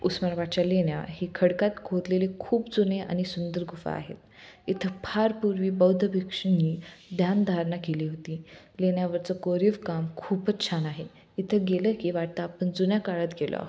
उस्मानाबादच्या लेण्या ही खडकात खोदलेले खूप जुने आणि सुंदर गुफा आहेत इथं फारपूर्वी बौद्ध भिक्षुनी ध्यान धारणा केली होती लेण्यावरचं कोरीव काम खूपच छान आहे इथं गेलं की वाटत आपण जुन्या काळात गेलो आहोत